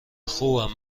خوبم